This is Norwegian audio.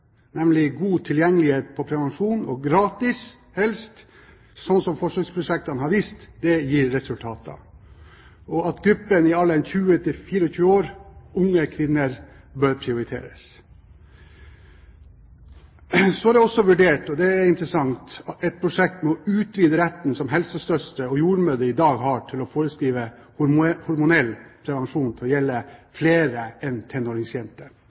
nemlig god tilgjengelighet til – helst gratis – prevensjon. Forsøksprosjektet har vist at det gir resultater, og at gruppen unge kvinner i alderen 20–24 år bør prioriteres. Så er det også vurdert – og det er interessant – et prosjekt om å utvide retten som helsesøstre og jordmødre i dag har til å foreskrive hormonell prevensjon, til å gjelde flere enn